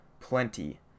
plenty